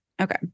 okay